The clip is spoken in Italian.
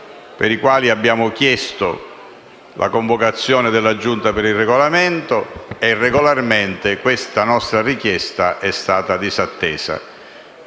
per i quali abbiamo chiesto la convocazione della Giunta per il Regolamento e puntualmente questa nostra richiesta è stata disattesa.